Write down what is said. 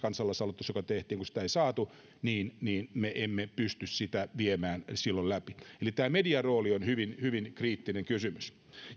kansalaisaloitteessa joka tehtiin jolle sitä ei saatu niin niin me emme pysty sitä viemään silloin läpi eli median rooli on hyvin hyvin kriittinen kysymys